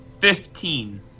Fifteen